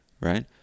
right